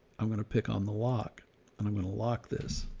i'm going to pick on the lock and i'm going to lock this,